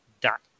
dot